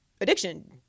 addiction